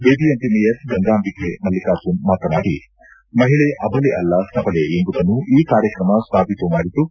BBMP mayor Gangambika Mallikarjun ಮಾತನಾಡಿ ಮಹಿಳೆ ಅಬಲೆ ಅಲ್ಲ ಸಬಲೆ ಎಂಬುದನ್ನು ಈ ಕಾರ್ಯಕ್ರಮ ಸಾಬಿತು ಮಾಡಿದ್ದು